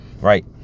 right